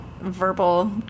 verbal